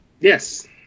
Yes